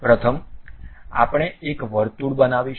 પ્રથમ આપણે એક વર્તુળ બનાવીશું